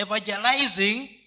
evangelizing